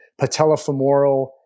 patellofemoral